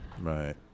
Right